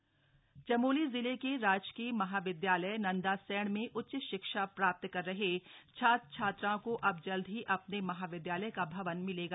राजकीय महाविद्यालय भवन चमोली जिले के राजकीय महाविद्यालय नंदासैंण में उच्च शिक्षा प्राप्त कर रहे छात्र छात्राओं को अब जल्द ही अपने महाविदयालय का भवन मिलेगा